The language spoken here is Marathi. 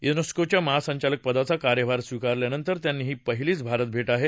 युनेस्कोच्या महासंचालकपदाचा कार्यभार स्वीकारल्यानंतर त्यांची ही पहिलीच भारतभेट आहे